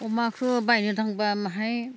अमाखौ बायनो थांबा माहाय